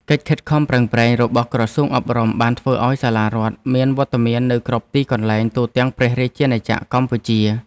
កិច្ចខិតខំប្រឹងប្រែងរបស់ក្រសួងអប់រំបានធ្វើឱ្យសាលារដ្ឋមានវត្តមាននៅគ្រប់ទីកន្លែងទូទាំងព្រះរាជាណាចក្រ។